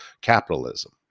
capitalism